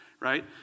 right